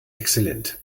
exzellent